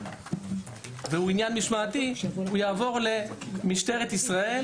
והוא עניין משמעתי הוא יעבור למשטרת ישראל.